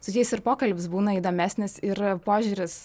su jais ir pokalbis būna įdomesnis ir požiūris